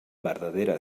verdadera